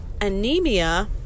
anemia